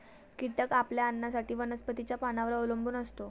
कीटक आपल्या अन्नासाठी वनस्पतींच्या पानांवर अवलंबून असतो